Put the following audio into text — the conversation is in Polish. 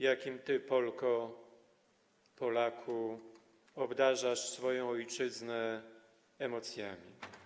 Jakimi ty, Polko, Polaku, obdarzasz swoją ojczyznę emocjami?